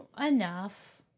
enough